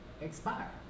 expire